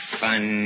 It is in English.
fun